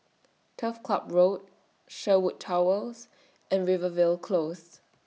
Turf Club Road Sherwood Towers and Rivervale Close